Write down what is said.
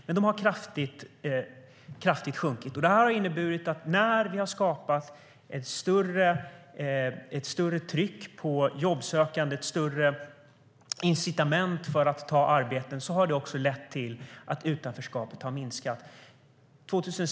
Men de har sjunkit kraftigt. När vi har skapat ett större tryck på jobbsökandet och ett större incitament för att ta ett arbete har det lett till att utanförskapet har minskat.